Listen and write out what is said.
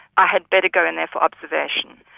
i had better go in there for observation.